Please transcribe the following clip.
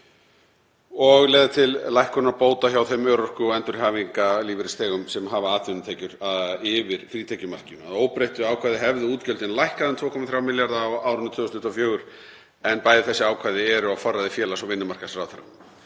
og leiða til lækkunar bóta hjá þeim örorku- og endurhæfingarlífeyrisþegum sem hafa atvinnutekjur yfir frítekjumarkinu. Að óbreyttu ákvæði hefðu útgjöldin lækkað um 2,3 milljarða kr. á árinu 2024 en bæði þessi ákvæði eru á forræði félags- og vinnumarkaðsráðherra.